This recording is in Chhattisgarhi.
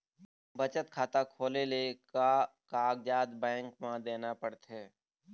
बचत खाता खोले ले का कागजात बैंक म देना पड़थे?